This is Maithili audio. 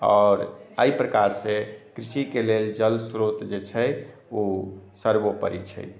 आओर एहि प्रकार से कृषि के लेल जल स्रोत जे छै ओ सर्वोपरि छै